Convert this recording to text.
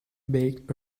baked